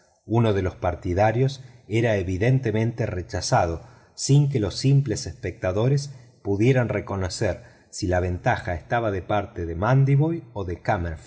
uno de los partidarios era evidentemente rechazado sin que los simples espectadores pudieran reconocer si la ventaja estaba de parte de madiboy o de